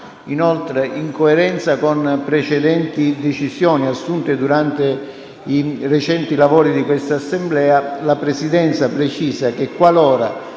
Inoltre, in coerenza con precedenti decisioni assunte durante i recenti lavori di questa Assemblea, la Presidenza precisa che, qualora